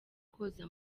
koza